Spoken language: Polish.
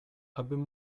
abym